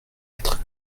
être